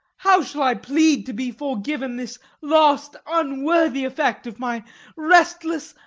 how shall i plead to be forgiven this last unworthy effect of my restless,